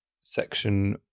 section